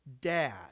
Dad